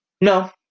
No